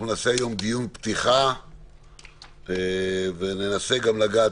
נעשה היום דיון פתיחה וננסה גם לגעת,